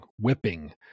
whipping